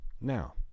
Now